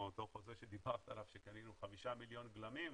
אותו חוזה שדיברת עליו שקנינו 5 מיליון גלמים,